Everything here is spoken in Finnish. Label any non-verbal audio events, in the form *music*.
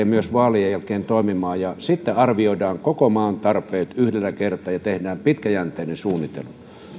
*unintelligible* myös vaalien jälkeen toimimaan ja sitten arvioidaan koko maan tarpeet yhdellä kertaa ja tehdään pitkäjänteinen suunnitelma